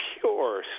pure